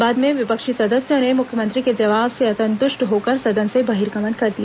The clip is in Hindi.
बाद में विपक्षी सदस्यों ने मुख्यमंत्री के जवाब से असंतुष्ट होकर सदन से बहिर्गमन कर दिया